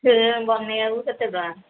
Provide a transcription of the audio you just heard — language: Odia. ଫ୍ରେମ୍ କରିବାକୁ କେତେ ଟଙ୍କା